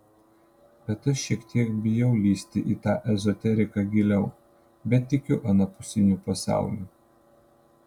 bet aš šiek tiek bijau lįsti į tą ezoteriką giliau bet tikiu anapusiniu pasauliu